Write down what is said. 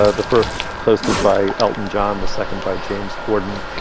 ah the first hosted by elton john, the second by james corden.